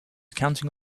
counting